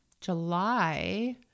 July